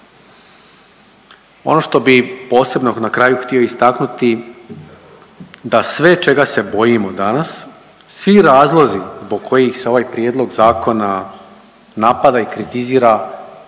Ono što bi posebno na kraju htio istaknuti da sve čega se bojimo danas, svi razlozi zbog kojih se ovaj prijedlog zakona napada i kritizira